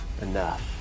enough